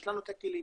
יש לנו את הכלים,